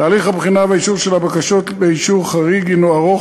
תהליך הבחינה והאישור של הבקשות באישור חריג הוא ארוך